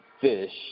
fish